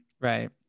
Right